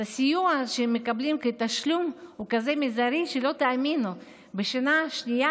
הסיוע שהם מקבלים כתשלום הוא כזה זעיר שלא תאמינו: בשנה השנייה